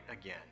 again